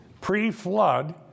pre-flood